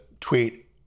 tweet